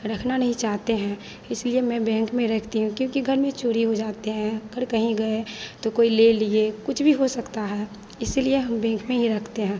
रखना नहीं चाहते हैं इसलिए मैं बैंक में रखती हूँ क्योंकि घर में चोरी हो जाते हैं अगर कहीं गए तो कोई ले लिए कुछ भी हो सकता है इसीलिए हम बेंक में ही रखते हैं